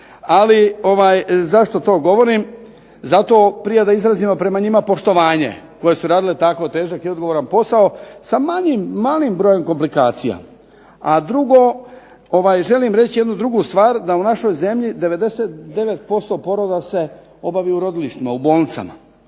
Ali zašto to govorim, zato prije da izrazimo prema njima poštovanje koje su radile tako težak i odgovoran posao sa malim brojem komplikacija. A drugo, želim reći jednu drugu stvar, da u našoj zemlji 99% poroda se obavi u rodilištima, u bolnicama,